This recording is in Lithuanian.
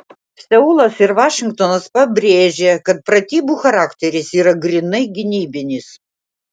seulas ir vašingtonas pabrėžė kad pratybų charakteris yra grynai gynybinis